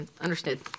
Understood